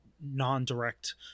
non-direct